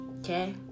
Okay